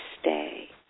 stay